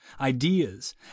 ideas